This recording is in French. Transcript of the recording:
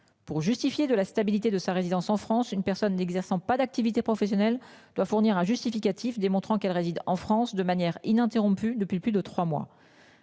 pour justifier de la stabilité de sa résidence en France une personne n'exerçant pas d'activité professionnelle doit fournir un justificatif démontrant qu'elle réside en France de manière ininterrompue depuis plus de trois mois.